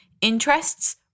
Interests